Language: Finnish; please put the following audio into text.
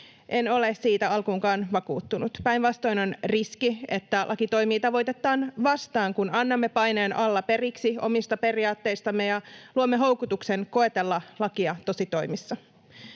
En ole siitä alkuunkaan vakuuttunut. Päinvastoin on riski, että laki toimii tavoitettaan vastaan, kun annamme paineen alla periksi omista periaatteistamme ja luomme houkutuksen koetella lakia tositoimissa.